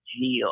Geo